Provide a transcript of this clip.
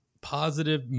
positive